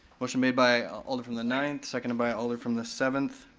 motion made by alder from the ninth, second by alder from the seventh,